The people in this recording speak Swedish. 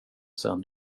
sedan